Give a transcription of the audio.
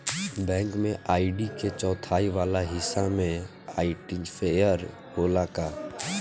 Bank में ID के चौथाई वाला हिस्सा में आइडेंटिफैएर होला का?